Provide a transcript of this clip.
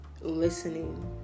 listening